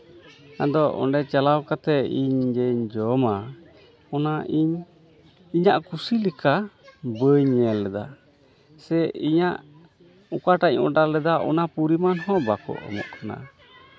ᱟᱫᱚ ᱚᱸᱰᱮ ᱪᱟᱞᱟᱣ ᱠᱟᱛᱮᱫ ᱤᱧ ᱡᱮᱧ ᱡᱚᱢᱟ ᱚᱱᱟ ᱤᱧ ᱤᱧᱟ ᱜ ᱠᱩᱥᱤ ᱞᱮᱠᱟ ᱵᱟᱹᱧ ᱧᱮᱞ ᱮᱫᱟ ᱥᱮ ᱤᱧᱟᱹᱜ ᱚᱠᱟᱴᱟᱜ ᱤᱧ ᱚᱰᱟᱨ ᱞᱮᱫᱟ ᱚᱱᱟ ᱯᱚᱨᱤᱢᱟᱱ ᱦᱚᱸ ᱵᱟᱠᱚ ᱮᱢᱚᱜ ᱠᱟᱱᱟ